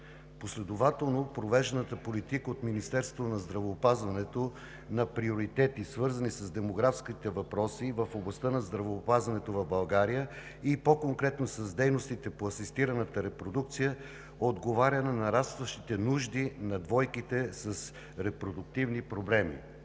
последователно провежданата политика от Министерството на здравеопазването на приоритети, свързани с демографските въпроси в областта на здравеопазването в България, и по-конкретно с дейностите по асистираната репродукция, отговаря на нарастващите нужди на двойките с репродуктивни проблеми.